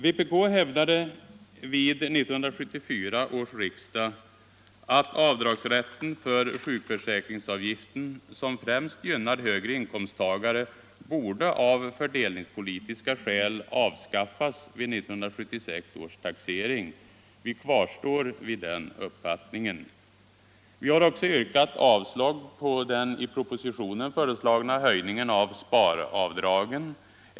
Vpk hävdade vid 1974 års riksdag att avdragsrätten för sjukförsäkringsavgiften, som främst gynnar högre inkomsttagare, borde avskaffas av fördelningspolitiska skäl vid 1976 års taxering. Vi kvarstår vid den uppfattningen. Vi har också yrkat avslag på den i propositionen föreslagna höjningen av sparavdragen.